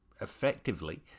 effectively